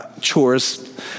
chores